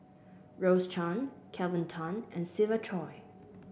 Rose Chan Kelvin Tan and Siva Choy